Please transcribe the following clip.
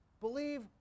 Believe